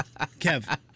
Kev